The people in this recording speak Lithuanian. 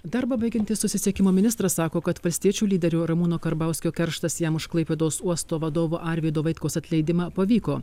darbą baigiantis susisiekimo ministras sako kad valstiečių lyderio ramūno karbauskio kerštas jam už klaipėdos uosto vadovo arvydo vaitkaus atleidimą pavyko